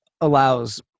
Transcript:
allows